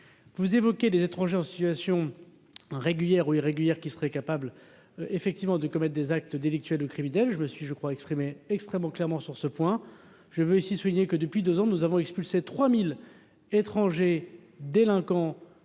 Vous évoquez des étrangers en situation régulière ou irrégulière qu'on laisserait libres de commettre des actes délictuels ou criminels. Je me suis exprimé très clairement à ce sujet et je rappelle que, depuis deux ans, nous avons expulsé 3 000 étrangers délinquants.